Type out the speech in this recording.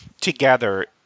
together